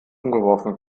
umgeworfen